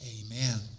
Amen